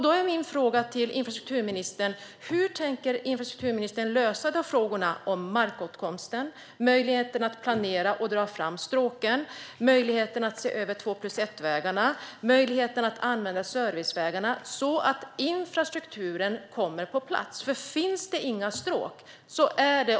Då är min fråga till infrastrukturministern: Hur tänker ministern lösa frågorna om markåtkomst, möjligheten att planera och dra fram stråk, möjligheten att se över två-plus-ett-vägarna och möjligheten att använda servicevägarna så att infrastrukturen kommer på plats?